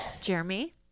Jeremy